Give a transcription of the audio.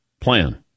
plan